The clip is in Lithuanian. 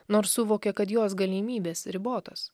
nors suvokė kad jos galimybės ribotos